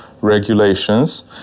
regulations